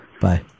Bye